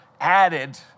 added